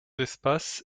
espace